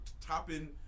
topping